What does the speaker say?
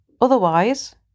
Otherwise